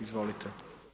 Izvolite.